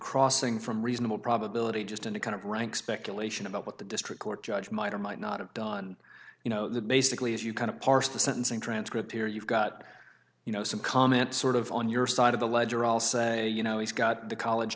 crossing from reasonable probability just in a kind of rank speculation about what the district court judge might or might not have done you know basically as you kind of parse the sentencing transcript here you've got you know some comments sort of on your side of the ledger all say you know he's got the college